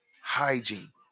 hygiene